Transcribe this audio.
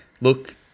Look